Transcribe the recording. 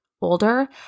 older